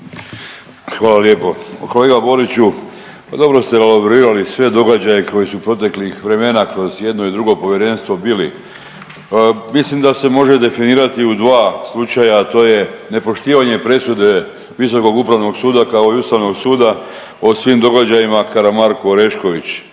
Hvala lijepo. Kolega Boriću, pa dobro ste elaborirali sve događaje koji su proteklih vremena kroz jedno i drugo povjerenstvo bili. Mislim da se može definirati u dva slučaja, a to je nepoštivanje presude Visokog upravnog suda, kao i Ustavnog suda o svim događajima Karamarko-Orešković